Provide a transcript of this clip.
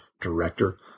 director